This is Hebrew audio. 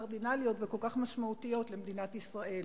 קרדינליות וכל כך משמעותיות למדינת ישראל.